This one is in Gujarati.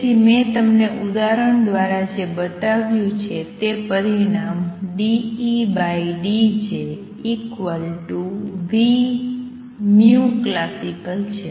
તેથી મેં તમને ઉદાહરણ દ્વારા જે બતાવ્યું તે છે તે પરિણામ ∂E∂Jclasical છે